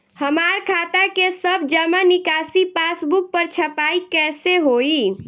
हमार खाता के सब जमा निकासी पासबुक पर छपाई कैसे होई?